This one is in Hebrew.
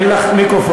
אין לך מיקרופון,